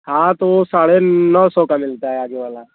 हाँ तो वो साढ़े नौ सौ का मिलता है आगे वाला